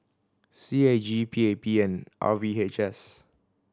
C A G P A P and R V H S